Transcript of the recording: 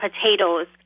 potatoes